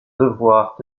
devoir